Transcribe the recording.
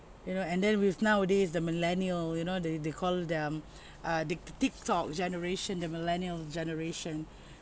you know and then with nowadays the millennial you know they they call them uh tik~ tiktok generation the millennial generation